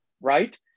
right